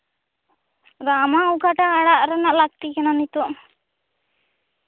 ᱟᱫᱚ ᱟᱢᱟᱜ ᱚᱠᱟᱴᱟᱜ ᱟᱲᱟᱜ ᱨᱮᱱᱟᱜ ᱞᱟᱹᱠᱛᱤ ᱠᱟᱱᱟ ᱱᱤᱛᱚᱜ